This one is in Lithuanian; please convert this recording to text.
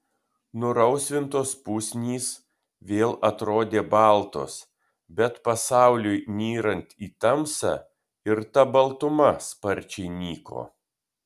nurausvintos pusnys vėl atrodė baltos bet pasauliui nyrant į tamsą ir ta baltuma sparčiai nyko